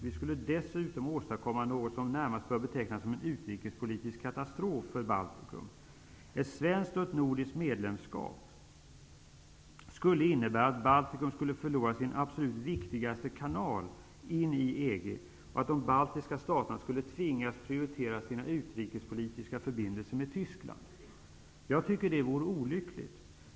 Vi skulle dessutom åstadkomma något som närmast bör betecknas som en utrikespolitisk katastrof för Baltikum. Ett svenskt och nordiskt utanförskap skulle innebära att Baltikum skulle förlora sin absolut viktigaste kanal in i EG, och de baltiska staterna skulle tvingas prioritera sina utrikespolitiska förbindelser med Tyskland. Jag tycker det vore olyckligt.